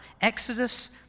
Exodus